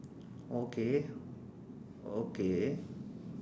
oh okay okay